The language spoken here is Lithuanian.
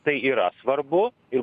tai yra svarbu ir